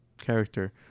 character